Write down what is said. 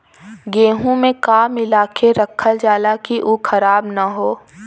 गेहूँ में का मिलाके रखल जाता कि उ खराब न हो?